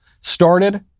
Started